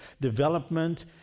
development